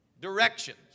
directions